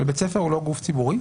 בית ספר הוא לא גוף ציבורי?